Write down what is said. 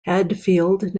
hadfield